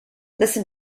listen